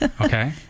okay